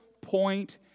point